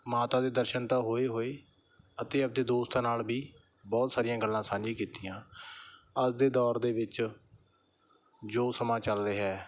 ਮਾਤਾ ਦੇ ਦਰਸ਼ਨ ਤਾਂ ਹੋਏ ਹੋਏ ਅਤੇ ਆਪਣੇ ਦੋਸਤਾਂ ਨਾਲ ਵੀ ਬਹੁਤ ਸਾਰੀਆਂ ਗੱਲਾਂ ਸਾਂਝੀ ਕੀਤੀਆਂ ਅੱਜ ਦੇ ਦੌਰ ਦੇ ਵਿੱਚ ਜੋ ਸਮਾਂ ਚੱਲ ਰਿਹਾ